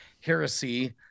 heresy